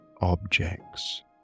objects